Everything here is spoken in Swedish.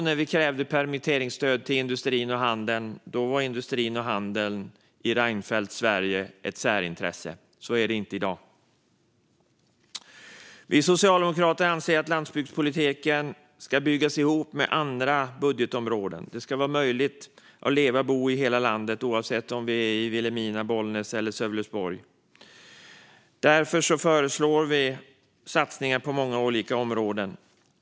När vi då krävde permitteringsstöd till industrin och handeln var de i Reinfeldts Sverige ett särintresse. Så är det inte i dag. Vi socialdemokrater anser att landsbygdspolitiken ska byggas ihop med andra budgetområden. Det ska vara möjligt att leva och bo i hela landet oavsett om vi är i Vilhelmina, Bollnäs eller Sölvesborg. Därför föreslår vi satsningar på många olika områden.